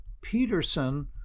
Peterson